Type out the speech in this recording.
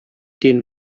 den